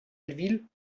ville